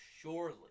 surely